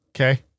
Okay